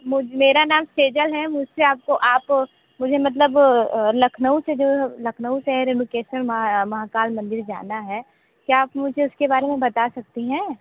मेरा नाम सेजल है मुझसे आपको आप मुझे मतलब लखनऊ से जो लखनऊ से रेणुकेश्वर महा महाकाल मंदिर जाना है क्या आप मुझे उसके बारे में बता सकती हैं